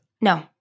No